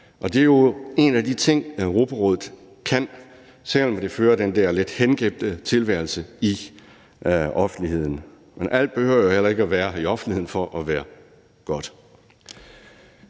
Det er en af de ting, Europarådet kan, selv om det fører den der lidt hengemte tilværelse i offentligheden. Men alt behøver jo heller ikke at være i offentligheden for at være godt.